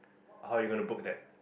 how you gonna book there